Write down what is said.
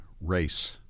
race